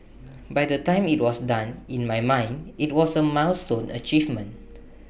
by the time IT was done in my mind IT was A milestone achievement